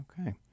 Okay